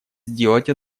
сделать